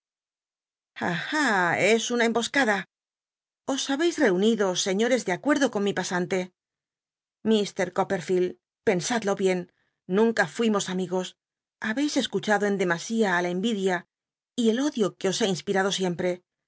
es una emboscada os habeis reunido señores de acuerdo con mi pasante mr copperfield pensadlo bien nunca fuimos amigos babcis escuchado en demasía á la envidia y el ódio que os he inspirado siempre